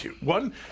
one